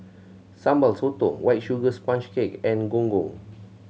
Sambal Sotong White Sugar Sponge Cake and Gong Gong